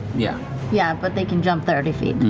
yeah yeah, but they can jump thirty feet.